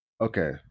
Okay